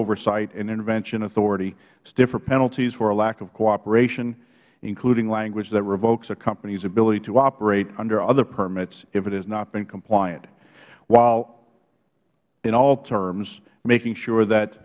oversight and intervention authority stiffer penalties for a lack of cooperation including language that revokes a company's ability to operate under other permits if it has not been compliant while in all terms making sure that